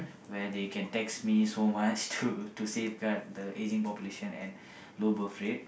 where they can tax me so much to safeguard the ageing population and low birth rate